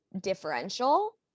differential